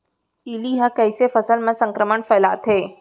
इल्ली ह कइसे फसल म संक्रमण फइलाथे?